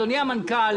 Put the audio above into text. אדוני המנכ"ל,